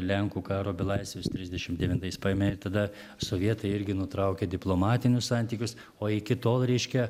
lenkų karo belaisvius trisdešimt devintais paėmė ir tada sovietai irgi nutraukė diplomatinius santykius o iki tol reiškia